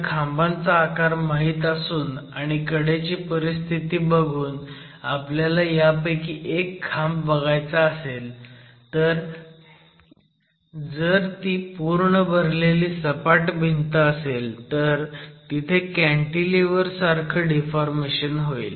जर खांबांचा आकार माहीत असून आणि कडेची परिस्थिती बघून आपल्याला ह्यापैकी एक खांब बघायचा असेल तर जर ती पूर्ण भरलेली सपाट भिंत असेल तर तिथे कँटीलिव्हर सारखं डिफॉर्मेशन होईल